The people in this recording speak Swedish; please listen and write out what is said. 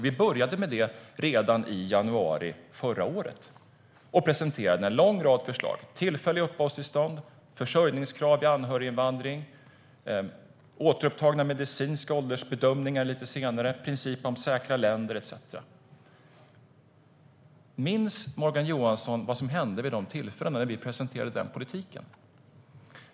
Vi började med det redan i januari förra året och presenterade en lång rad förslag om tillfälliga uppehållstillstånd och försörjningskrav vid anhöriginvandring, och, lite senare, återupptagna medicinska åldersbedömningar, princip om säkra länder etcetera. Minns Morgan Johansson vad som hände när vi presenterade den politiken?